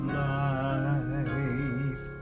life